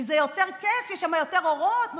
כי זה יותר כיף, יש שם יותר אורות נוצצים,